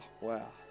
wow